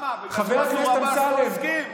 למה, כי מנסור עבאס לא הסכים?